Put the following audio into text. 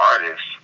artists